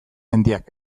mendiak